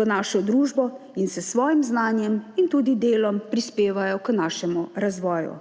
v našo družbo in s svojim znanjem in tudi delom prispevajo k našemu razvoju.